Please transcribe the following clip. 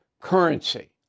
currency